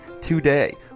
today